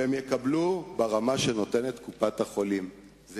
והם יקבלו שירותים ברמה שקופת-החולים נותנת.